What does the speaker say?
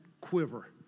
quiver